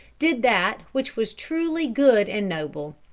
did that which was truly good and noble.